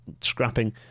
scrapping